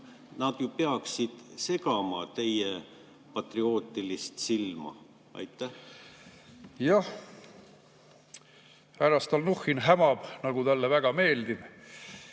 Need ju peaksid häirima teie patriootilist silma. Jah, härra Stalnuhhin hämab, nagu talle väga meeldib.